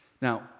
Now